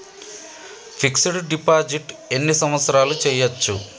Fix డ్ deposit ఎన్ని సంవత్సరాలు చేయచ్చు?